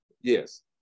Yes